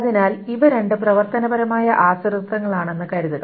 അതിനാൽ ഇവ രണ്ട് പ്രവർത്തനപരമായ ആശ്രിതത്വങ്ങളാണെന്ന് കരുതുക